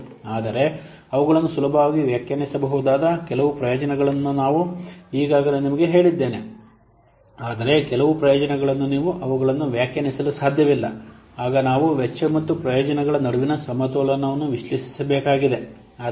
ಆದರೆ ಅವುಗಳನ್ನು ಸುಲಭವಾಗಿ ವ್ಯಾಖ್ಯಾನಿಸಬಹುದಾದ ಕೆಲವು ಪ್ರಯೋಜನಗಳನ್ನು ನಾನು ಈಗಾಗಲೇ ನಿಮಗೆ ಹೇಳಿದ್ದೇನೆ ಆದರೆ ಕೆಲವು ಪ್ರಯೋಜನಗಳನ್ನು ನೀವು ಅವುಗಳನ್ನು ವ್ಯಾಖ್ಯಾನಿಸಲು ಸಾಧ್ಯವಿಲ್ಲ ಆಗ ನಾವು ವೆಚ್ಚ ಮತ್ತು ಪ್ರಯೋಜನಗಳ ನಡುವಿನ ಸಮತೋಲನವನ್ನು ವಿಶ್ಲೇಷಿಸಬೇಕಾಗಿದೆ